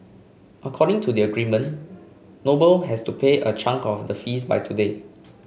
according to the agreement Noble has to pay a chunk of the fees by today